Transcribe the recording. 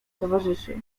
towarzyszy